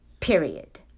Period